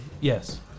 yes